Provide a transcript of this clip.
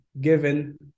given